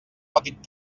petit